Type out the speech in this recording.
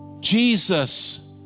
Jesus